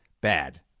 bad